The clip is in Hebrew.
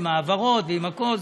עם ההעברות ועם הכול.